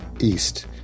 east